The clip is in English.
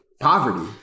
poverty